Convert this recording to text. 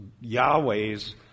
Yahweh's